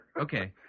Okay